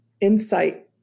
insight